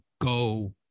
go